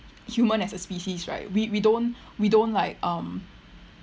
human as a species right we we don't we don't like um